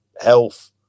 health